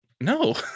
no